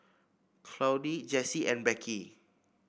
Claudie Jessie and Becky